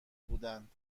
بودند